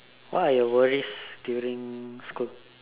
what are your worries during school